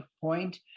point